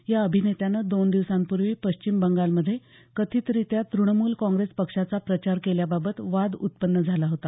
या अभिनेत्यानं दोन दिवसापूर्वी पश्चिम बंगालमध्ये कथितरीत्या तृणमूल काँग्रेस पक्षाचा प्रचार केल्याबाबत वाद उत्पन्न झाला होता